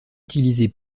utilisée